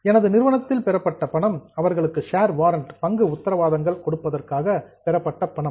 எனது நிறுவனத்தில் பெறப்பட்ட பணம் அவர்களின் ஷேர் வாரன்ட்ஸ் பங்கு உத்தரவாதங்கள் கொடுப்பதற்காக பெறப்பட்ட பணம்